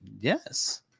yes